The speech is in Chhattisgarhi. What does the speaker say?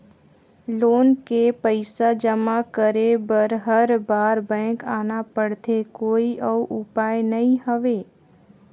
लोन के पईसा जमा करे बर हर बार बैंक आना पड़थे कोई अउ उपाय नइ हवय?